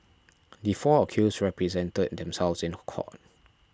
the four accused represented themselves in court